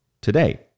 today